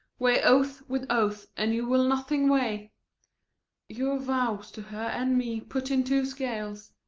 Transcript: weigh oath with oath, and you will nothing weigh your vows to her and me, put in two scales,